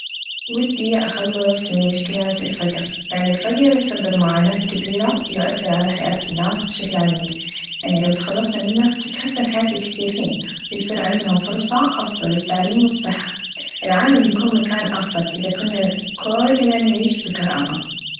ودي أخلص من مشكله الفقر يعني الفقر يسبب معاناه كبيبره يأثر على حياه الناس بشكل عميق يعني لو تخلصنا منه بتتحسن حياه الكثيرين يصير عندهم فرصه أفضل للتعليم و الصحه العالم بيكون مكام أفظل إذا كووولنا نعيش بكرامه.